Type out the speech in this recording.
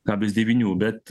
kablis devynių bet